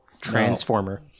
transformer